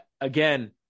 again